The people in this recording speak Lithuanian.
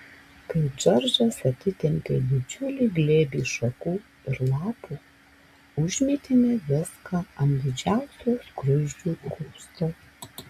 kai džordžas atitempė didžiulį glėbį šakų ir lapų užmėtėme viską ant didžiausio skruzdžių kupsto